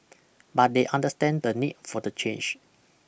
but they understand the need for the change